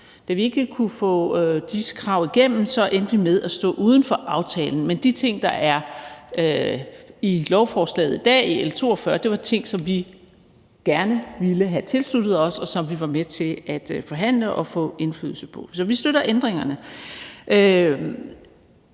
Da vi ikke kunne få disse krav igennem, endte vi med at stå uden for aftalen, men de ting, der er i L 42, er ting, som vi gerne ville have tilsluttet os, og som vi var med til at forhandle og få indflydelse på. Så vi støtter ændringerne.